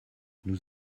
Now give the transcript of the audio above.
nous